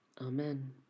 amen